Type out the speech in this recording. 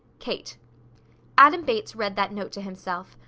kate adam bates read that note to himself,